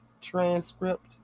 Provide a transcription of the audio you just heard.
transcript